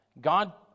God